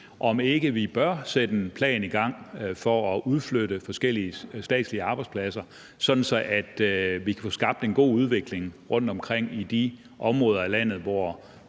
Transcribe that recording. om ikke vi bør sætte en plan i gang for at udflytte forskellige statslige arbejdspladser, sådan at vi kan få skabt en god udvikling rundtomkring i de områder af landet, som